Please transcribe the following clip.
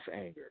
Anger